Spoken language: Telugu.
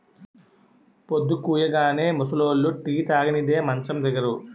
పొద్దుకూయగానే ముసలోళ్లు టీ తాగనిదే మంచం దిగరు